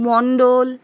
মণ্ডল